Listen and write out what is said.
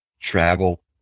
travel